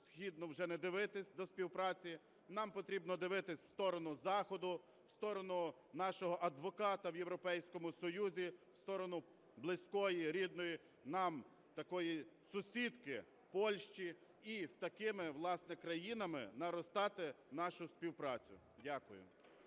вже не дивитися до співпраці, нам потрібно дивитися в сторону Заходу, в сторону нашого адвоката в Європейському Союзі – в сторону близької і рідної нам такої сусідки Польщі, і з такими, власне, країнами наростати нашу співпрацю. Дякую.